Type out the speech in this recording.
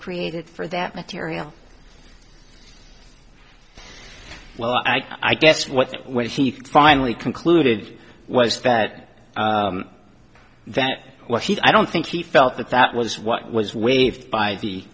created for that material well i guess what when he finally concluded was that that was he i don't think he felt that that was what was waived by the